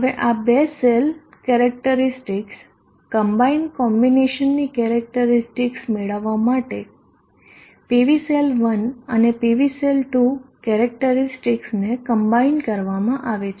હવે આ બે સેલ કેરેક્ટરીસ્ટિકસ કમ્બાઇન કોમ્બિનેશનની કેરેક્ટરીસ્ટિકસ મેળવવા માટે PV સેલ 1અને PV સેલ 2 કેરેક્ટરીસ્ટિકસને કમ્બાઇન કરવા માં આવે છે